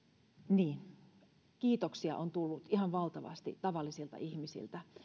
kiitoksia on tullut ihan valtavasti tavallisilta ihmisiltä